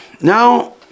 Now